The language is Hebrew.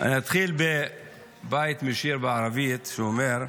אני אתחיל בבית משיר בערבית, שאומר: